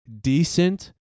decent